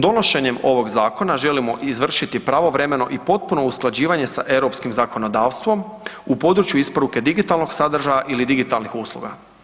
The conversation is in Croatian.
Donošenjem ovoga zakona želimo izvršiti pravovremeno i potpuno usklađivanje sa europskim zakonodavstvom u području isporuke digitalnog sadržaja ili digitalnih usluga.